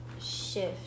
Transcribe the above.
shift